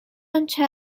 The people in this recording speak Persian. آنچه